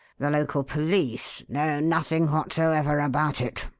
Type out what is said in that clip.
the local police know nothing whatsoever about it.